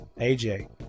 AJ